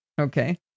Okay